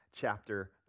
chapter